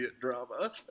drama